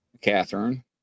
Catherine